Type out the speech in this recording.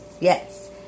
Yes